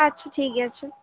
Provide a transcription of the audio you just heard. আচ্ছা ঠিক আছে